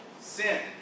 sin